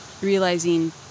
realizing